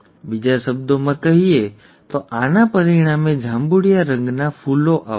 બીજા શબ્દોમાં કહીએ તો આના પરિણામે જાંબુડિયા રંગના ફૂલો આવશે